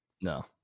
No